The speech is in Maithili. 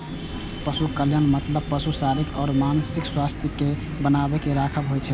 पशु कल्याणक मतलब पशुक शारीरिक आ मानसिक स्वास्थ्यक कें बनाके राखब होइ छै